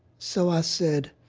so i said,